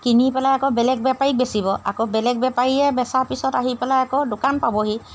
কিনি পেলাই আকৌ বেলেগ বেপাৰীক বেচিব আকৌ বেলেগ বেপাৰীয়ে বেচাৰ পিছত আহি পেলাই আকৌ দোকান পাবহি